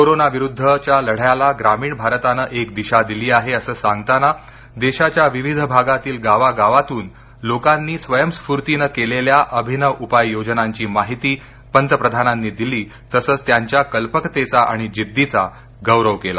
corona विरुद्धच्या लढ्याला ग्रामीण भारतानं एक दिशा दिली आहे असं सांगताना देशाच्या विविध भागातील गावागावांतून लोकांनी स्वयंस्फूर्तीनं केलेल्या अभिनव उपाययोजनांची माहिती पंतप्रधानांनी दिली तसंच त्यांच्या कल्पकतेचा आणि जिद्दीचा गौरव केला